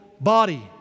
body